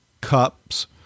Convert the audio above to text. cups